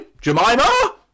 Jemima